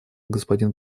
господин